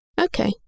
Okay